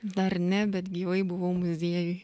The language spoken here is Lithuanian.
dar ne bet gyvai buvau muziejuj